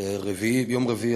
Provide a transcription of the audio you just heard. ביום רביעי,